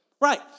Right